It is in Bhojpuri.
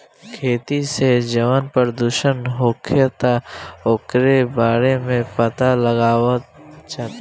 खेती से जवन प्रदूषण होखता ओकरो बारे में पाता लगावल जाता